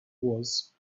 wars